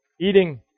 eating